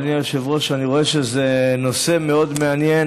אדוני היושב-ראש, אני רואה שזה נושא מאוד מעניין.